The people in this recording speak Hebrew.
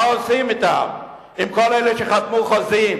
מה עושים אתם, עם כל אלה שחתמו חוזים